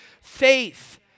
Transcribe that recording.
faith